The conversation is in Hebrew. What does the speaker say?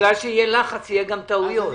בגלל שיהיה לחץ, יהיו גם טעויות.